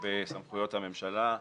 לגבי סמכויות הממשלה,